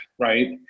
Right